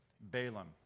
Balaam